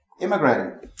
immigrating